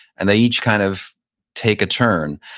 and they each kind of take a turn.